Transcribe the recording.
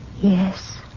Yes